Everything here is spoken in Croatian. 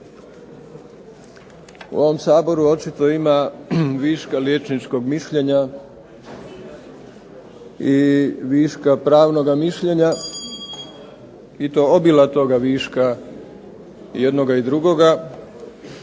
U ovom Saboru očito ima viška liječničkog mišljenja i viška pravnog mišljenja i to obilatog viška jednoga i drugoga